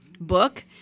book